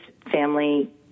family